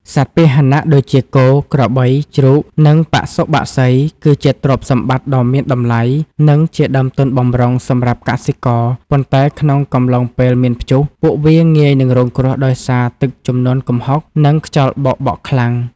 សត្វពាហនៈដូចជា គោ ក្របី ជ្រូក និងបសុបក្សី គឺជាទ្រព្យសម្បត្តិដ៏មានតម្លៃ និងជាដើមទុនបម្រុងសម្រាប់កសិករ ប៉ុន្តែក្នុងកំឡុងពេលមានព្យុះ ពួកវាងាយនឹងរងគ្រោះដោយសារទឹកជំនន់គំហុក និងខ្យល់បោកបក់ខ្លាំង។